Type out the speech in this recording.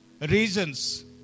reasons